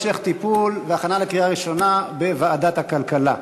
והוא יועבר להמשך טיפול והכנה לקריאה ראשונה בוועדת הכלכלה.